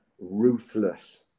ruthless